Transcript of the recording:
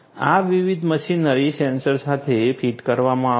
આ વિવિધ machinery sensor સાથે ફીટ કરવામાં આવશે